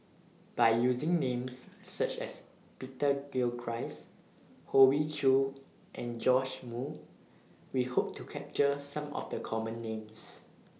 By using Names such as Peter Gilchrist Hoey Choo and Joash Moo We Hope to capture Some of The Common Names